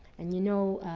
and you know